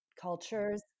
cultures